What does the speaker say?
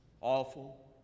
awful